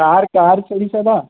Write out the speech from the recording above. car कार चई छॾा